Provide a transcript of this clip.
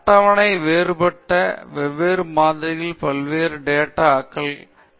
அட்டவணைகள் உள்ளன வேறுபட்ட வெவ்வேறு மாதிரிகள் வெவ்வேறு டேட்டா களை காட்டும் அட்டவணையை நீங்கள் கொண்டிருக்கலாம்